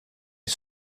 est